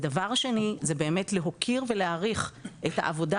ודבר שני זה באמת להוקיר ולהעריך את העבודה